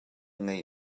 ngei